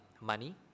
money